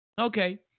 Okay